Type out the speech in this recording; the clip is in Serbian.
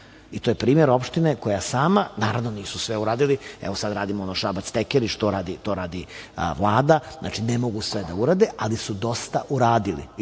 I to je primer opštine koja sama, naravno, nisu sve uradili. Evo, sada radimo Šabac-Tekeriš, to radi Vlada, znači ne mogu sve da urade, ali su dosta uradili